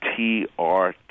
TRT